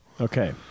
Okay